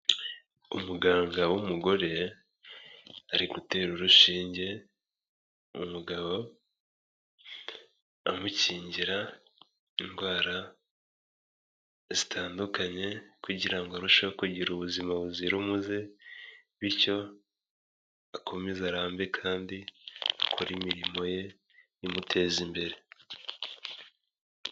Umuganga w'umugore ari gutera urushinge umugabo, amukingira indwara zitandukanye kugira ngo arusheho kugira ubuzima buzira umuze bityo akomeze arambe kandi akore imirimo ye imuteza imbere.